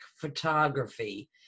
photography